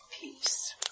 peace